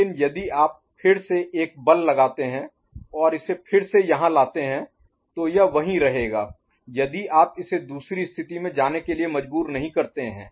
लेकिन यदि आप फिर से एक बल लगाते हैं और इसे फिर से यहां लाते हैं तो यह वहीं रहेगा यदि आप इसे दूसरी स्थिति में जाने के लिए मजबूर नहीं करते हैं